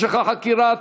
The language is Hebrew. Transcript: משך החקירה),